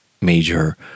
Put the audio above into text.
major